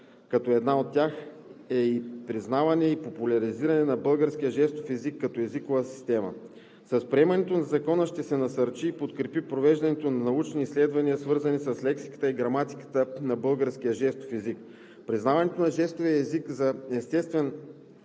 като една от тях е и признаване и популяризиране на българския жестов език като езикова система. С приемането на Закона ще се насърчи и подкрепи провеждането на научни изследвания, свързани с лексиката и граматиката на българския жестов език. Признаването на жестовия език за естествен